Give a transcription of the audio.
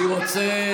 אני רוצה,